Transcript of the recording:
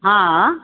हा